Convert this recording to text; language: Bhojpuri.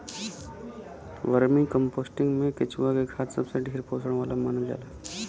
वर्मीकम्पोस्टिंग में केचुआ के खाद सबसे ढेर पोषण वाला मानल जाला